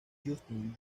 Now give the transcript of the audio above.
justin